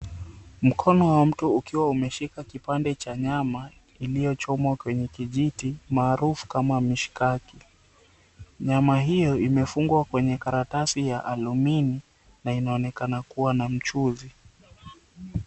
Mkono wa mtu ukiwa umeshika kipande cha nyama iliyochomwa kwenye kijiti, maarufu kama mishikaki. Nyama hiyo imefungwa kwenye karatasi ya alumin na inaonekana kuwa na mchuzi.